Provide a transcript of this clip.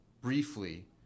briefly